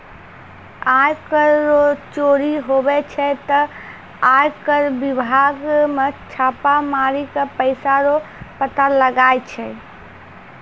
आय कर रो चोरी हुवै छै ते आय कर बिभाग मे छापा मारी के पैसा रो पता लगाय छै